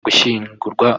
gushyingurwa